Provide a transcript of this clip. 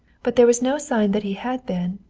but there was no sign that he had been,